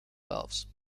valves